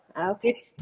okay